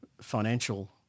financial